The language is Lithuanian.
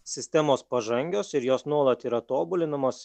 sistemos pažangios ir jos nuolat yra tobulinamos